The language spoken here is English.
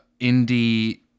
indie